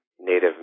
Native